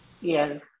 Yes